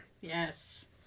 Yes